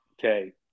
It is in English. okay